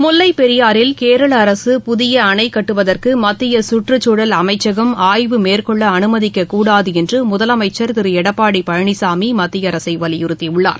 முல்லைப் பெரியாறில் கேரளஅரசு புதியஅணைகட்டுவதற்குமத்தியகற்றுச்சூழல் அமைச்சும் ஆய்வு மேற்கொள்ளஅனுமதிக்கக்கூடாதுஎன்றுமுதலமைச்சர் திருளடப்பாடிபழனிசாமிமத்தியஅரசைவலியுறுத்தியுள்ளார்